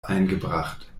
eingebracht